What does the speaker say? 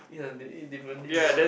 ya they eat differently you're right